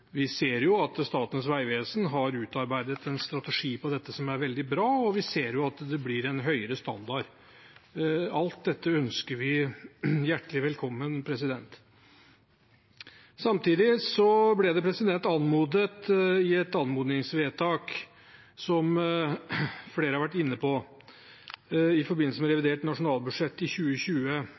Vi ser at Statens vegvesen har utarbeidet en strategi på dette, som er veldig bra, og vi ser at det blir en høyere standard. Alt dette ønsker vi hjertelig velkommen. Samtidig heter det i et anmodningsvedtak i forbindelse med revidert nasjonalbudsjett i 2020,